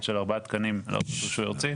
של ארבעה תקנים לרשות רישוי ארצית.